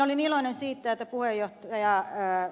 olin iloinen siitä että puheenjohtaja ed